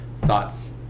thoughts